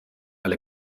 alle